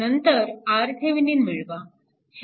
नंतर RThevenin मिळवा